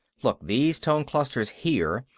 look, these tone-clusters, here,